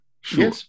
Sure